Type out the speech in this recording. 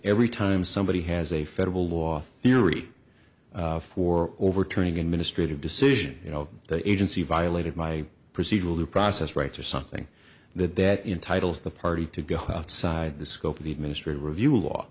every time somebody has a federal law theory for overturning administrative decision you know the agency violated my procedural due process rights or something that that entitles the party to go outside the scope of the administrative review law